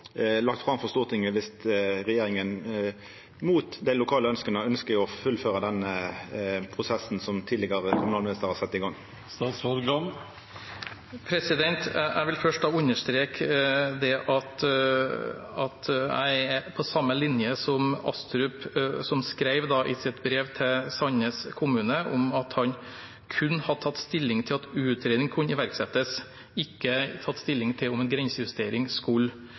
lagt fram for Stortinget, dersom regjeringa, mot dei lokale ønska, ønskjer å fullføra den prosessen som den tidlegare kommunalministeren har sett i gang? Jeg vil først understreke at jeg er på samme linje som tidligere kommunalminister Nikolai Astrup, som skrev i sitt brev til Sandnes kommune at han kun hadde tatt stilling til at utredning kunne iverksettes, ikke tatt stilling til om en grensejustering